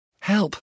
Help